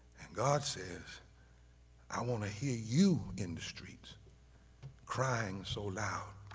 god says i want to hear you in the streets crying so loud